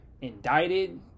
indicted